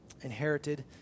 Inherited